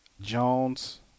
Jones